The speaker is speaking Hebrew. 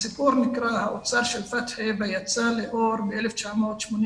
הסיפור נקרא 'האוצר של פתחי' ויצא לאור ב-1988.